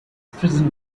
prison